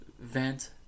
vent